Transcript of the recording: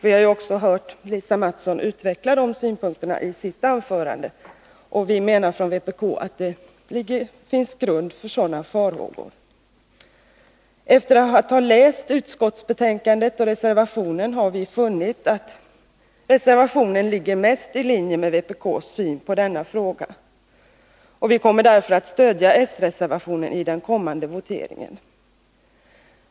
Vi har ju också hört Lisa Mattson utveckla de synpunkterna i sitt anförande, och vi menar i vpk att det finns grund för sådana farhågor. Efter att ha läst utskottsbetänkandet och reservationen har vi funnit att reservationen ligger mest i linje med vpk:s syn på denna fråga. Vi kommer därför att stödja s-reservationen i den kommande voteringen.